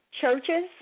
churches